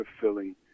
fulfilling